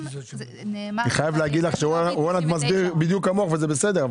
אני חייב להגיד לך שרולנד מסביר בדיוק כמוך וזה בסדר,